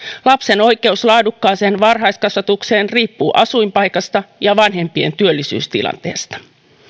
lapsen oikeus laadukkaaseen varhaiskasvatukseen riippuu asuinpaikasta ja vanhempien työllisyystilanteesta